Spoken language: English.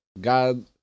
God